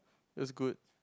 it was good